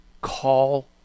call